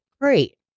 great